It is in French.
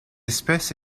espèce